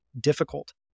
difficult